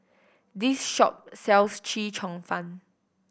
this shop sells Chee Cheong Fun